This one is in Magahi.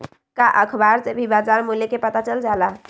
का अखबार से भी बजार मूल्य के पता चल जाला?